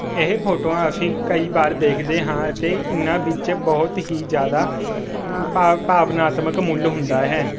ਇਹ ਫੋਟੋਆਂ ਅਸੀਂ ਕਈ ਵਾਰ ਦੇਖਦੇ ਹਾਂ ਅਤੇ ਇਹਨਾਂ ਵਿੱਚ ਬਹੁਤ ਹੀ ਜ਼ਿਆਦਾ ਭਾਵ ਭਾਵਨਾਤਮਕ ਮੁੱਲ ਹੁੰਦਾ ਹੈ